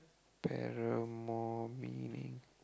paramour meaning